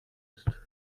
ist